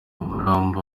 umurambo